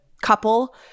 couple